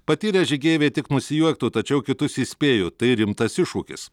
patyrę žygeiviai tik nusijuoktų tačiau kitus įspėjo tai rimtas iššūkis